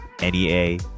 NEA